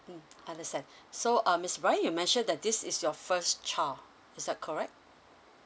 mm understand so um mister brian you mentioned that this is your first child is that correct